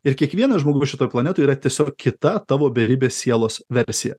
ir kiekvienas žmogus šitoj planetoj yra tiesiog kita tavo beribės sielos versija